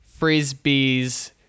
frisbees